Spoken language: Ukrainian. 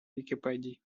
вікіпедій